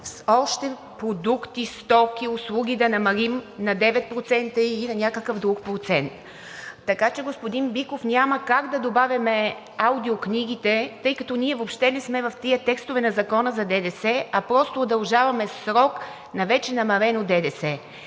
още продукти, стоки и услуги да намалим на 9% или на някакъв друг процент. Така че, господин Биков, няма как да добавяме аудиокнигите, тъй като ние въобще не сме в тези текстове на Закона за ДДС, а просто удължаваме срок на вече намалено ДДС.